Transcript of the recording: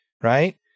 right